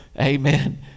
amen